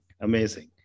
Amazing